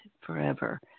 forever